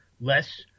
less